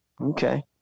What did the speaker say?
Okay